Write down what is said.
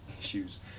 issues